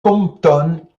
compton